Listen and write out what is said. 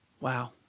Wow